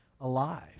alive